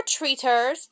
treaters